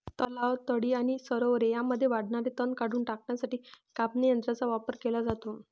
तलाव, तळी आणि सरोवरे यांमध्ये वाढणारे तण काढून टाकण्यासाठी कापणी यंत्रांचा वापर केला जातो